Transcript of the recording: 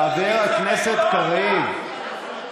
חצי מיליון אזרחים לא יכולים להתחתן במדינה.